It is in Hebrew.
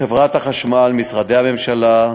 חברת החשמל, משרדי הממשלה,